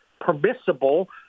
permissible